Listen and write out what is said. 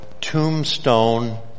tombstone